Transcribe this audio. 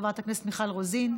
חברת הכנסת מיכל רוזין,